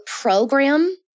program